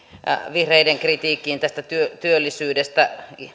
vihreiden kritiikkiin tästä työllisyydestä